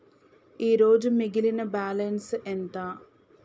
ఈరోజు మిగిలిన బ్యాలెన్స్ ఎంత?